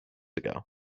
ago